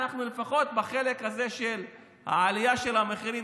לפחות בחלק הזה של העלייה של המחירים,